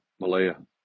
Malaya